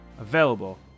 available